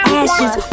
ashes